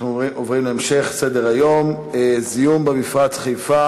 אנחנו עוברים להמשך סדר-היום בנושא: זיהום במפרץ חיפה